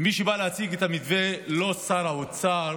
מי שבא להציג את המתווה, לא שר האוצר,